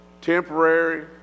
Temporary